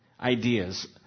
ideas